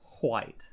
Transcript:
White